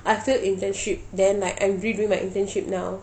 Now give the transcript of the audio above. I failed internship then like I'm redoing my internship now